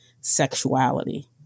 sexuality